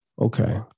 Okay